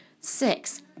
Six